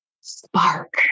spark